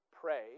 Pray